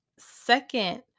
second